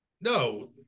No